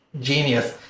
genius